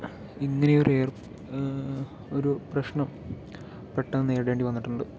ഇങ്ങനെയൊരു ഒരു പ്രശ്നം പെട്ടന്ന് നേരിടേണ്ടി വന്നിട്ടുണ്ട്